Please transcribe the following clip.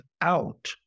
out